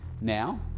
now